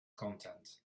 content